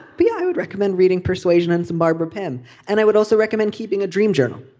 but yeah i would recommend reading persuasions and barbara penn and i would also recommend keeping a dream journal.